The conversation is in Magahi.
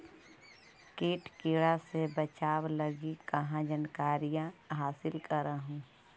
किट किड़ा से बचाब लगी कहा जानकारीया हासिल कर हू?